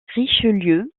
richelieu